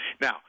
Now